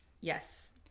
Yes